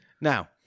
Now